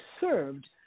served